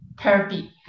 Therapy